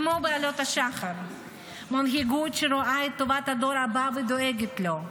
כמו ב"עלות השחר"; מנהיגות שרואה את טובת הדור הבא ודואגת לו,